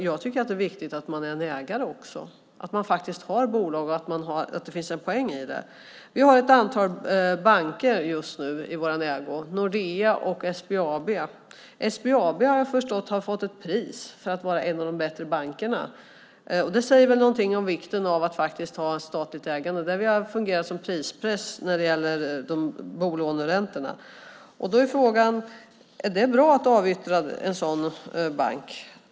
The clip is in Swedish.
Jag tycker att det är viktigt att man är ägare också, att man faktiskt har bolag och att det finns en poäng i det. Vi har ett antal banker i vår ägo, Nordea och SBAB. SBAB har fått ett pris för att vara en av de bättre bankerna. Det säger väl någonting om vikten av att ha ett statligt ägande. Det har fungerat som prispress när det gäller bolåneräntorna. Då är frågan: Är det bra att avyttra en sådan bank?